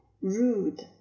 Rude